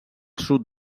sud